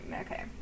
okay